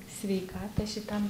sveikatą šitam